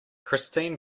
christine